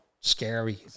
scary